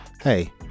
hey